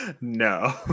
No